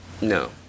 No